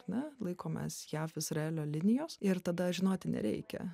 ar ne laikomės jav izraelio linijos ir tada žinoti nereikia